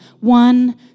One